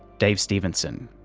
dave stevenson.